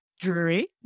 Drury